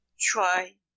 try